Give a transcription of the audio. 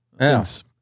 Yes